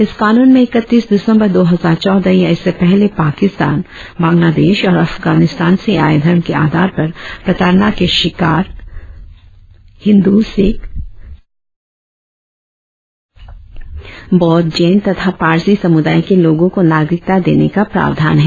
इस कानून में इकतीस दिसंबर दो हजार चौदह या इससे पहले पाकिस्तान बांग्लादेश और अफगानिस्तान से आये धर्म के आधार पर प्रताड़ना के शिकार हिंदू सिक्ख बौद्ध जैन तथा पारसी समुदाय के लोगों को नागरिकता देने का प्रावधान हैं